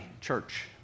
Church